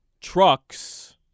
trucks